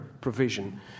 provision